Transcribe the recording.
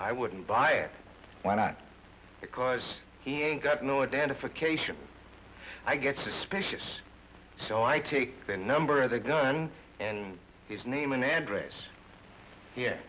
i wouldn't buy it why not because he ain't got no identification i get suspicious so i take the number of the gun and his name and address